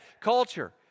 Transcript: culture